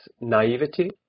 naivety